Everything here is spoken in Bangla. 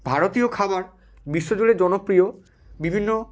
ভারতীয় খাবার বিশ্বজুড়ে জনপ্রিয় বিভিন্ন